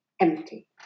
empty